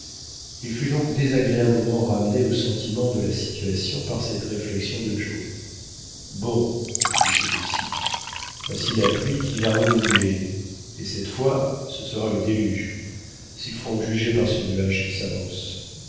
il fut donc désagréablement ramené au sentiment de la situation par cette réflexion de joe bon disait celui-ci voici la pluie qui va redoubler et cette fois ce sera le déluge s'il faut en juger par ce nuage qui s'avance